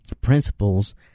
principles